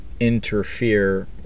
interfere